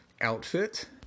outfit